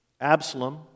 Absalom